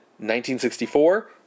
1964